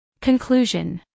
Conclusion